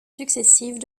successives